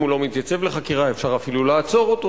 אם הוא לא מתייצב לחקירה אפשר אפילו לעצור אותו.